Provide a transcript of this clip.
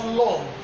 love